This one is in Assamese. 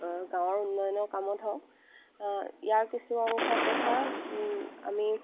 গাঁৱৰ উন্নয়নৰ কামত হওক ইয়াৰ কিছু অংশ পইচা আমি